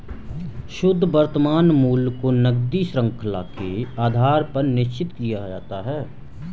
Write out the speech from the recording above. शुद्ध वर्तमान मूल्य को नकदी शृंखला के आधार पर निश्चित किया जाता है